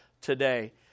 today